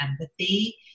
empathy